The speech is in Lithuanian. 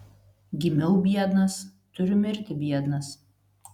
gimiau biednas turiu mirti biednas